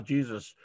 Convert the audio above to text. Jesus